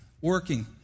working